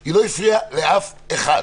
היא לא הפריעה לאף אחד.